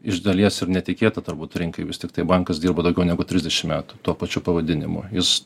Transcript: iš dalies ir netikėta turbūt rinkai vis tiktai bankas dirba daugiau negu trisdešimt metų tuo pačiu pavadinimu jis